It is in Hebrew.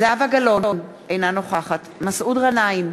זהבה גלאון, אינה נוכחת מסעוד גנאים,